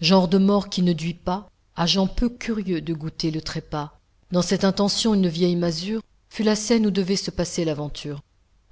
genre de mort qui ne duit pas à gens peu curieux de goûter le trépas dans cette intention une vieille masure fut la scène où devait se passer l'aventure